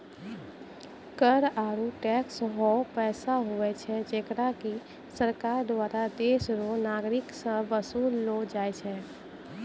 कर आरू टैक्स हौ पैसा हुवै छै जेकरा की सरकार दुआरा देस रो नागरिक सं बसूल लो जाय छै